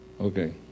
Okay